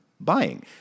buying